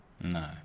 No